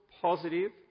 positive